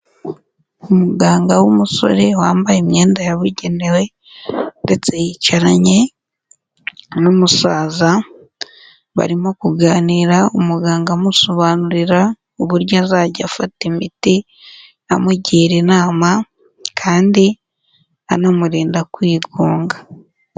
Umuganga w'umusore wambaye imyenda yabugenewe ndetse yicaranye n'umusaza barimo kuganira, umuganga amusobanurira uburyo azajya afata imiti, amugira inama kandi anamurinda kwigunga.